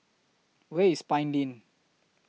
Where IS Pine Lane